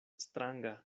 stranga